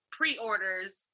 pre-orders